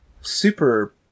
super